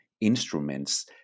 instruments